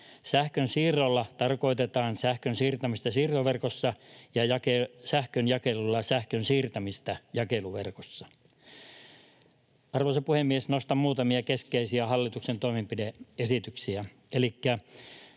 Sähkönsiirrolla tarkoitetaan sähkön siirtämistä siirtoverkossa ja sähkönjakelulla sähkön siirtämistä jakeluverkossa. Arvoisa puhemies! Nostan muutamia keskeisiä hallituksen toimenpide-esityksiä,